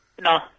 No